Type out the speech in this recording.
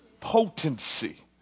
potency